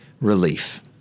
relief